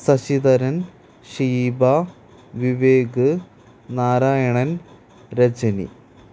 Sasidharan Sheeba Vivek Narayanan Rajani